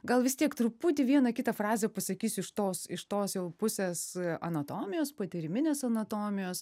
gal vis tiek truputį vieną kitą frazę pasakysiu iš tos iš tos jau pusės anatomijos patyriminės anatomijos